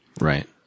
right